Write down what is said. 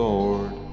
Lord